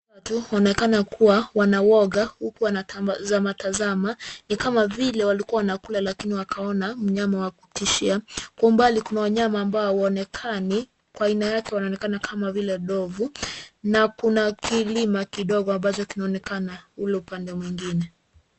Watu wanaonekana kuwa wanauoga huku wanatazama tazama ni kama vile walikuwa wanakula lakini wakaona mnyama wa kutishia. Kwa umbali kuna wanyama amabo hawaonekani kwa aina yake wanaonekana kama vile ndovu na kuna kilima kidogo ambacho kinaonekana ule upande mwingine.